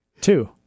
Two